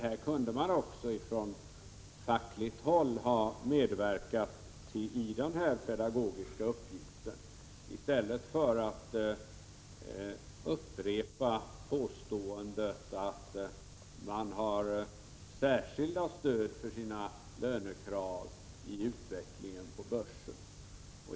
Här kunde man också från fackligt håll ha medverkat i denna pedagogiska uppgift, i stället för att upprepa påståendet att man har särskilt stöd för sina lönekrav i utvecklingen på börsen.